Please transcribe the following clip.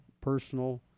personal